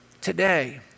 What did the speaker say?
today